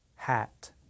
hat